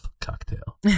cocktail